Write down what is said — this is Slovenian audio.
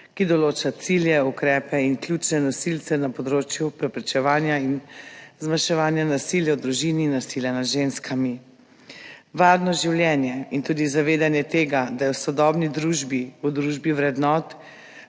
ki določa cilje, ukrepe in ključne nosilce na področju preprečevanja in zmanjševanja nasilja v družini in nasilja nad ženskami. Varno življenje in tudi zavedanje tega, da je v sodobni družbi, v družbi vrednot,